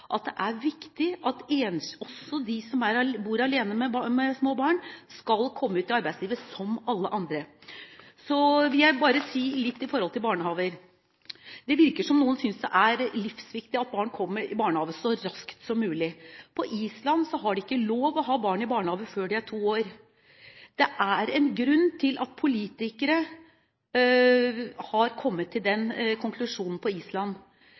at det er viktig at også de som bor alene med små barn, skal komme ut i arbeidslivet – som alle andre. Så vil jeg si litt om barnehager. Det virker som om noen synes det er livsviktig at barn kommer i barnehage så raskt som mulig. På Island har de ikke lov til å ha barn i barnehage før de er to år gamle. Det er en grunn til at politikere på Island har kommet til den konklusjonen, og jeg synes man bør se litt nærmere på